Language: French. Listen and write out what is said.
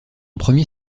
premier